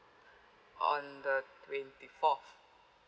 on the twenty forth